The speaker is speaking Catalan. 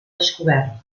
descobert